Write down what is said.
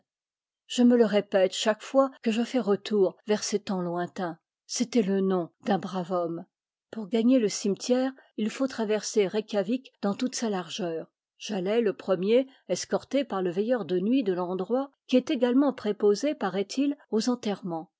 je me le répète chaque fois que je fais retour vers ces temps lointains c'était le nom d'un brave homme pour gagner le cimetière il faut traverser reikiavik dans toute sa largeur j'allais le premier escorté par le veilleur de nuit de l'endroit qui est également préposé paraît-il aux enterrements